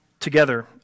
together